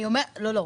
לא.